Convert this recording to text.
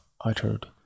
uttered